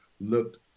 looked